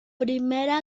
primera